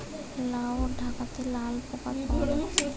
লাউ ডাটাতে লালা পোকা দেখালে কি ক্ষতি হয়?